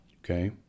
Okay